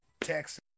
Texas